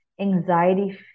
anxiety